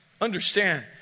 Understand